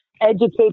educate